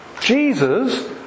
Jesus